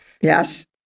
Yes